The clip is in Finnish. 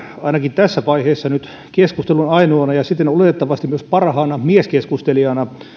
ainakin nyt tässä vaiheessa keskustelun ainoana ja siten oletettavasti myös parhaana mieskeskustelijana